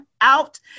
out